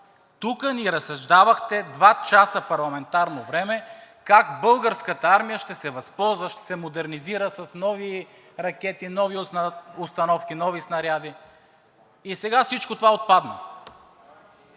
Тук ни разсъждавахте два часа парламентарно време как Българската армия ще се възползва, ще се модернизира с нови ракети, нови установки, нови снаряди и сега всичко това отпадна!